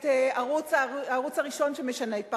והערוץ הראשון, שמשנה את פניו,